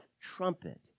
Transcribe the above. trumpet